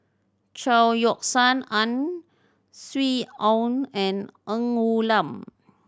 Chao Yoke San Ang Swee Aun and Ng Woon Lam